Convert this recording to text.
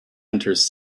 enters